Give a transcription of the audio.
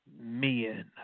Men